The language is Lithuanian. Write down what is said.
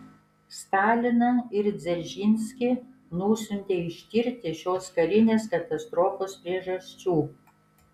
staliną ir dzeržinskį nusiuntė ištirti šios karinės katastrofos priežasčių